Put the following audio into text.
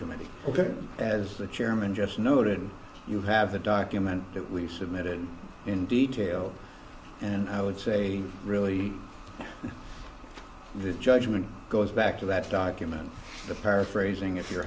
committee ok as the chairman just noted you have the document that we submitted in detail and i would say really the judgment goes back to that document the paraphrasing if you're